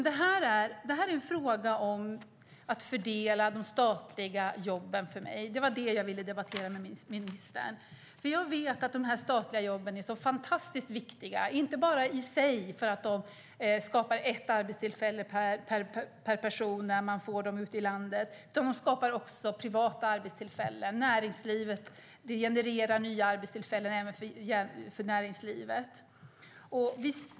Det här är för mig en fråga om att fördela de statliga jobben. Det var det jag ville debattera med ministern. Jag vet nämligen att de statliga jobben är fantastiskt viktiga - inte bara i sig, för att de skapar ett arbetstillfälle per person när de förläggs ute i landet, utan också för att de skapar privata arbetstillfällen. Det genererar nya arbetstillfällen även för näringslivet.